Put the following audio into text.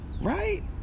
Right